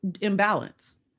imbalance